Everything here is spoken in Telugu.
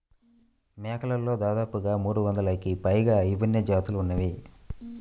మేకలలో దాదాపుగా మూడొందలకి పైగా విభిన్న జాతులు ఉన్నాయి